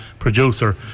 producer